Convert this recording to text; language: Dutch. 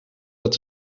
dat